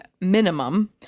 minimum